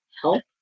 help